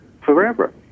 forever